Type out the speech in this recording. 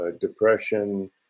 depression